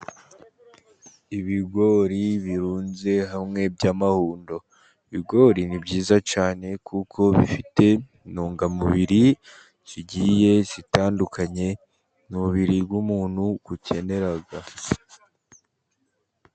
Ibigori birunze hamwe by'amahundo, ibigori ni byiza cyane kuko bifite intungamubiri zigiye zitandukanye, umubiri w'umuntu ukenera.